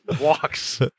walks